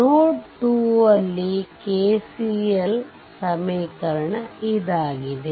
ನೋಡ್ 2 KCL ಸಮೀಕರಣವಾಗಿದೆ